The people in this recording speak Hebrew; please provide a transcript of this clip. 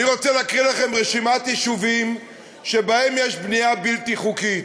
אני רוצה להקריא לכם רשימת יישובים שבהם יש בנייה בלתי חוקית.